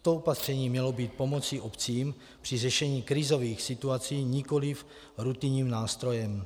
Toto opatření mělo být pomocí obcím při řešení krizových situací, nikoliv rutinním nástrojem.